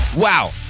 Wow